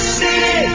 city